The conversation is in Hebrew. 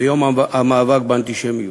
ויום המאבק באנטישמיות.